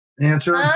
Answer